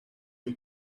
you